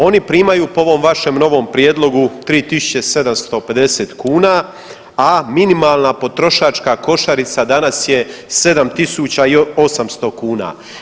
Oni primaju po ovom vašem novom prijedlogu 3.750, a minimalna potrošačka košarica danas je 7.800 kuna.